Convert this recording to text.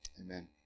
Amen